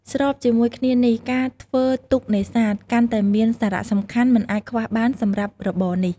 ស្របជាមួយគ្នានេះ ការធ្វើទូកនេសាទ កាន់តែមានសារៈសំខាន់មិនអាចខ្វះបានសម្រាប់របរនេះ។